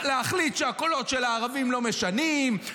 להחליט שהקולות של הערבים לא משנים,